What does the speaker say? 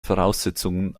voraussetzungen